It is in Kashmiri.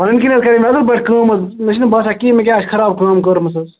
پنٕنۍ کِنۍ حظ کرے مےٚ اَصٕل پٲٹھۍ کٲم حظ مےٚ چھُنہٕ باسان کِہیٖنٛۍ مےٚ کیٛاہ آسہٕ خراب کٲم کٔرمٕژ حظ